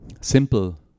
simple